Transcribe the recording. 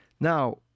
Now